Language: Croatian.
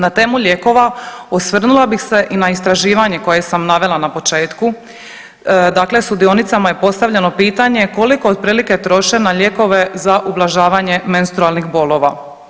Na temu lijekova, osvrnula bih se i na istraživanje koje sam navela na početku, dakle sudionicama je postavljeno pitanje koliko otprilike troše na lijekove za ublažavanje menstrualnih bolova.